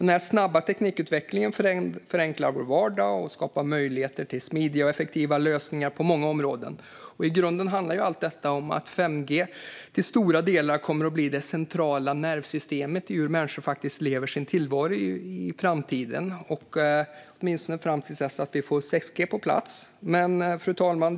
Den snabba teknikutvecklingen förenklar vår vardag och skapar möjligheter till smidiga och effektiva lösningar på många områden. I grunden handlar allt detta om att 5G till stora delar kommer att bli det centrala nervsystemet i hur människor faktiskt lever sin tillvaro i framtiden, åtminstone fram till dess att vi får 6G på plats. Fru talman!